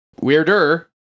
Weirder